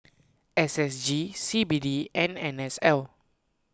S S G C B D and N S L